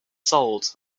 sold